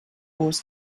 wars